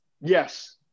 Yes